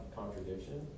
contradiction